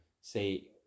Say